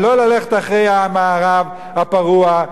ולא ללכת אחרי המערב הפרוע,